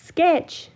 Sketch